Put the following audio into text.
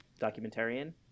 documentarian